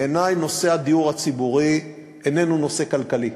בעיני נושא הדיור הציבורי איננו נושא כלכלי,